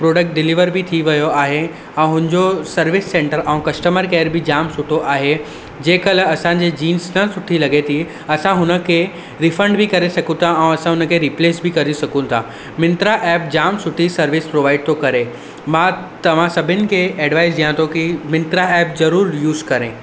product deliver बि थी वयो आहे ऐं हुनजो सर्विस सैंटर ऐं कस्टमर केयर बि जाम सुठो आहे जे कल्ह असांजे जीन्स न सुठी लॻे थी असां हुनखे रिफंड बि करे सघूं था ऐं असां हुनखे रिप्लेस बि करे सघूं था मिंत्रा एप जाम सुठी सर्विस प्रोवाइड थो करे मां तव्हां सभिनि खे एडवाइज ॾियां थो की मिंत्रा एप जरूर यूज़ करें